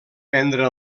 prendre